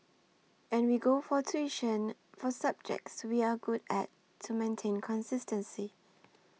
and we go for tuition for subjects we are good at to maintain consistency